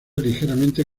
ligeramente